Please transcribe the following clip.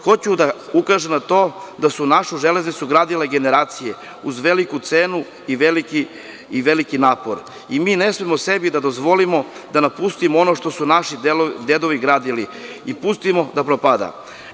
Hoću da ukažem na to da su našu železnicu gradile generacije uz veliku cenu i veliki napor i mi ne smemo sebi da dozvolimo da napustimo ono što su naši dedovi gradili i pustimo da propada.